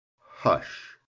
hush